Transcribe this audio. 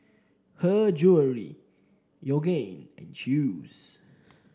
Her Jewellery Yoogane and Chew's